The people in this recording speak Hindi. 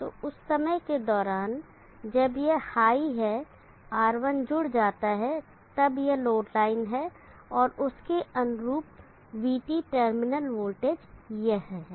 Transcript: तो उस समय के दौरान जब यह हाई है R1 जुड़ जाता है तब यह लोड लाइन है और उसके अनुरूप vT टर्मिनल वोल्टेज यह है